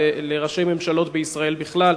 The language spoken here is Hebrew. לראשי ממשלות בישראל בכלל,